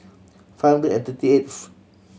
five hundred and thirty eighth